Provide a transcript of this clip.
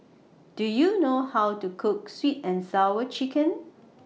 Do YOU know How to Cook Sweet and Sour Chicken